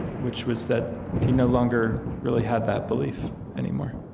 which was that he no longer really had that belief anymore.